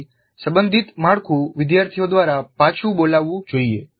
તેથી સંબંધિત માળખું વિદ્યાર્થીઓ દ્વારા પાછું બોલાવવું જોઈએ